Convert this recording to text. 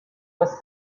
was